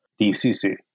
DCC